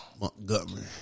Montgomery